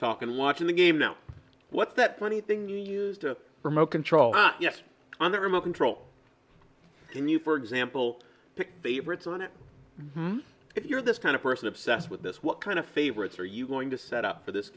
talk and watching the game know what that funny thing you used a remote control on the remote control and you for example pick favorites on it if you're this kind of person obsessed with this what kind of favorites are you going to set up for this